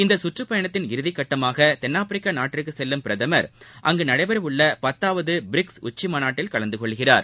இந்த கற்றுப் பயணத்தின் இறுதி கட்டமாக தென்னாப்பிரிக்கா நாட்டிற்கு செல்லும் பிரதமர் அங்கு நடைபெற உள்ள பத்தாவது பிரிக்ஸ் உச்சி மாநாட்டில் கலந்து கொள்கிறார்